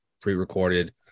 pre-recorded